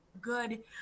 good